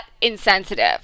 insensitive